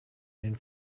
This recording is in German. den